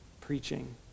preaching